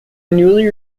newly